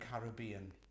caribbean